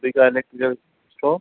ठीकु आहे